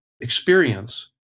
experience